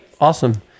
Awesome